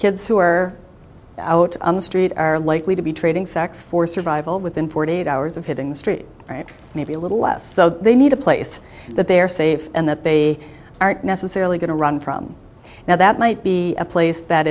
who are out on the street are likely to be trading sex for survival within forty eight hours of hitting the street maybe a little less so they need a place that they're safe and that they aren't necessarily going to run from now that might be a place that